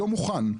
לא מוכן,